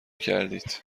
کردید